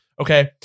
Okay